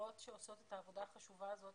לחברות שעושות את העבודה החשובה הזאת